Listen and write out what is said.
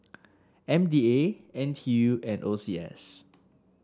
M D A N T U and O C S